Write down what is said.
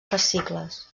fascicles